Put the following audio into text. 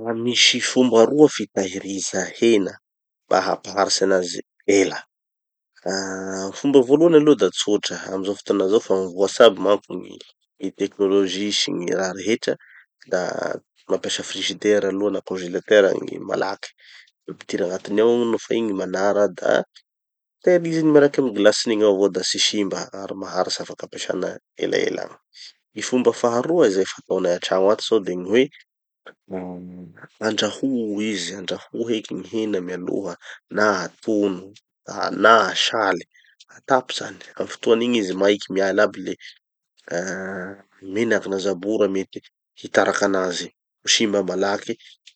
Dra misy fomba roa fitahiriza hena mba hampaharitsy anazy ela. Ah fomba voalohany aloha da tsotra, amizao fotoana zao fa mivoatsy aby manko gny gny technologie sy gny raha rehetra; da mampiasa frizidera aloha na konzelatera gny malaky. Ampidiry agnatiny ao, nofa igny manara da tahiriziny miaraky amy gny glaceny igny avao da tsy simba ary maharitsy afaky ampiasana elaela. Gny fomba faharoa izay fataonay atrano zao de gny hoe, ah andraho ho izy andraho heky gny hena mialoha, na atono na asaly, atapy zany. Amy fotoan'igny izy maiky miala aby le ah menaky na zabora mety hitariky anazy ho simba malaky,